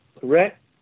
Correct